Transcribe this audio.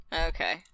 Okay